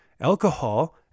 Alcohol